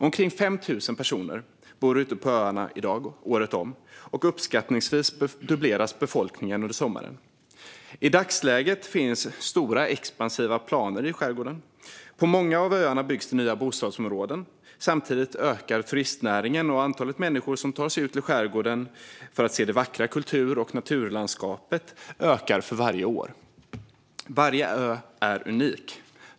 Omkring 5 000 personer bor i dag ute på öarna året om, och uppskattningsvis dubbleras befolkningen under sommaren. I dagsläget finns stora expansiva planer i skärgården. På många av öarna byggs nya bostadsområden. Samtidigt ökar turistnäringen, och antalet människor som tar sig ut till skärgården för att se det vackra kultur och naturlandskapet ökar för varje år.